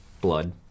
Blood